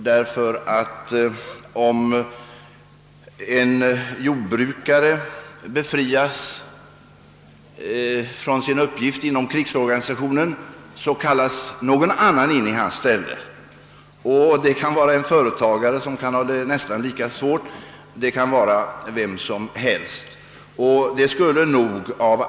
När en person befrias från sin uppgift inom krigsorganisationen kallas någon annan in i hans ställe, och det kan då vara fråga om en företagare eller vem som helst som har nästan lika svårt att frigöra sig.